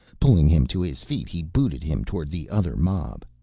pulling him to his feet he booted him towards the other mob.